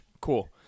Cool